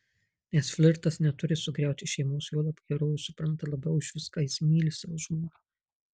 nes flirtas neturi sugriauti šeimos juolab herojus supranta labiau už viską jis myli savo žmoną